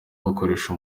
gukoresha